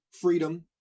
freedom